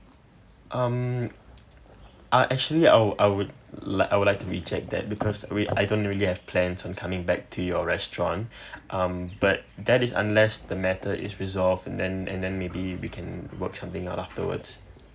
um ah actually I would I would like I would like to recheck that because we I don't really have plans on coming back to your restaurant um but that is unless the matter is resolved and then and then maybe we can work something out lah afterwards